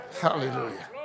Hallelujah